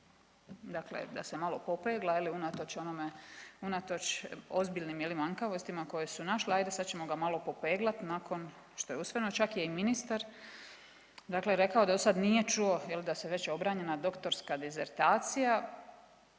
dakle da se malo popegla je li unatoč onome, unatoč ozbiljnim je li manjkavostima koje su našle, ajde sad ćemo ga malo popeglat nakon što je usvojeno, čak je i ministar dakle rekao, dosad nije čuo je li da se već obranjena doktorska disertacija